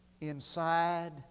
Inside